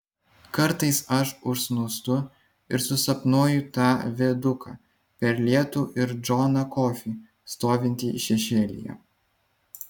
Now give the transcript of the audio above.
kartais aš užsnūstu ir susapnuoju tą viaduką per lietų ir džoną kofį stovintį šešėlyje